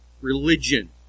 religion